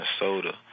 Minnesota